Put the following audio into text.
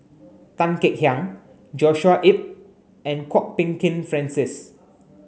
Tan Kek Hiang Joshua Ip and Kwok Peng Kin Francis